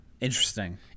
interesting